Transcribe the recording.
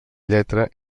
lletra